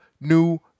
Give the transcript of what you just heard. new